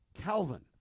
Calvin